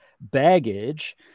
baggage